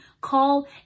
call